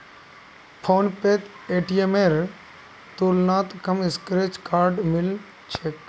फोनपेत पेटीएमेर तुलनात कम स्क्रैच कार्ड मिल छेक